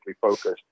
focused